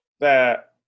that-